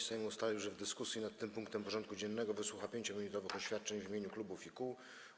Sejm ustalił, że w dyskusji nad tym punktem porządku dziennego wysłucha 5-minutowych oświadczeń w imieniu klubów i kół.